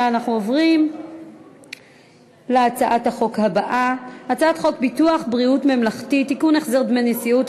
אנחנו נוסיף את זה לפרוטוקול: תשעה חברי כנסת בעד הצעת החוק,